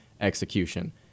execution